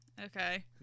Okay